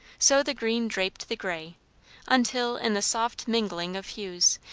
so the green draped the grey until, in the soft mingling of hues,